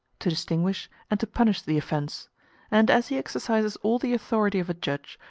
to distinguish, and to punish the offence and as he exercises all the authority of a judge,